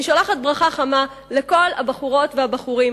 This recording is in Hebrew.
אני שולחת ברכה חמה לכל הבחורות והבחורים,